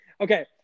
Okay